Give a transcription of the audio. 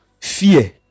Fear